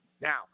Now